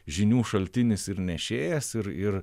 žinių šaltinis ir nešėjas ir ir